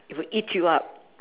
it will eat you up